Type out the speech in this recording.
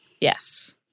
Yes